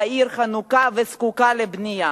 והעיר חנוקה וזקוקה לבנייה.